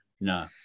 No